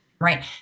Right